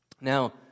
Now